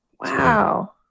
Wow